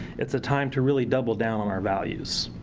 it's a time to really double-down on our values.